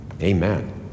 Amen